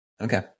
Okay